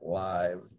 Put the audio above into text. live